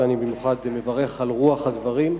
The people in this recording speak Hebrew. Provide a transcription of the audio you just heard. ואני במיוחד מברך על רוח הדברים.